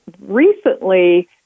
recently